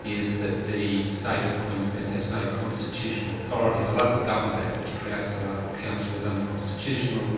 is that the state of queensland has no constitutional authority, the local government act which creates the local council is unconstitutional,